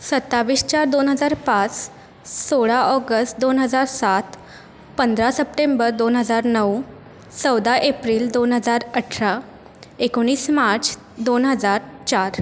सत्तावीस चार दोन हजार पाच सोळा ऑगस्त दोन हजार सात पंधरा सप्टेंबर दोन हजार नऊ चौदा एप्रिल दोन हजार अठरा एकोणीस मार्च दोन हजार चार